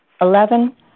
Eleven